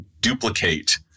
duplicate